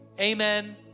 Amen